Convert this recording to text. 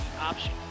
option